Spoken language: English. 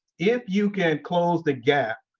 if you can close the gap,